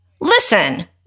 Listen